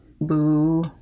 boo